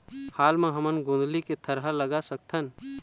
हाल मा हमन गोंदली के थरहा लगा सकतहन?